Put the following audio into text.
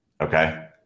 Okay